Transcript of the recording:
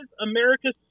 America's